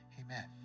Amen